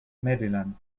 maryland